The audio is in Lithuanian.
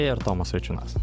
ir tomas vaičiūnas